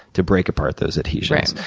to break apart those adhesions. right.